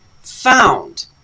found